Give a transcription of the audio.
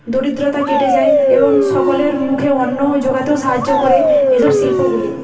দারিদ্রতা কেটে যায় এবং সকলের মুখে অন্ন জোগাতেও সাহায্য করে এইসব শিল্পগুলি